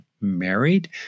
married